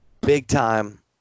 big-time